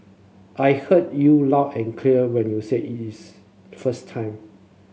I heard you loud and clear when you said it is first time